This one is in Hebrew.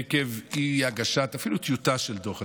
עקב אי-הגשת אפילו טיוטה של דוח,